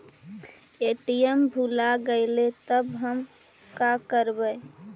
ATM भुला गेलय तब हम काकरवय?